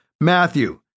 Matthew